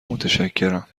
متشکرم